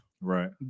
Right